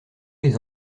les